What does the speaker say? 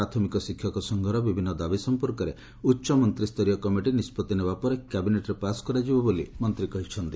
ପ୍ରାଥମିକ ଶିକ୍ଷକ ସଂଘର ବିଭିନ୍ଦ ଦାବି ସଂପର୍କରେ ଉଚ ମନ୍ତୀ ସ୍ତରୀୟ କମିଟି ନିଷ୍ବଉି ନେବା ପରେ କ୍ୟାବିନେଟ୍ରେ ପାସ୍ କରାଯିବ ବୋଲି ମନ୍ତୀ କହିଛନ୍ତି